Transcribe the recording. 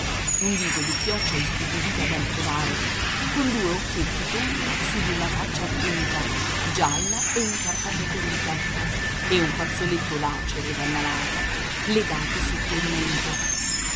un viso di chioccia istupidita dal covare con due occhietti tondi su di una faccia a punta gialla e incartapecorita e un fazzoletto lacero da malata legato sotto il mento